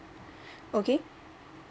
okay